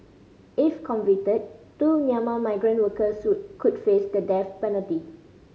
if convicted two Myanmar migrant workers could face the death penalty